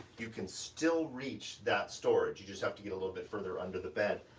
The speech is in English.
you can still reach that storage. you just have to get a little bit further under the bed,